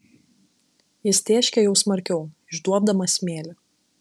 jis tėškė jau smarkiau išduobdamas smėlį